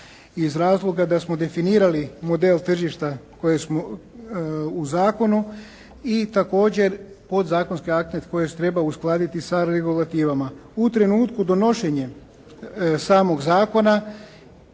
iz razloga da smo definirali model tržišta koje smo u zakonu i također podzakonske akte koje treba uskladiti sa regulativama. U trenutku donošenja samog zakona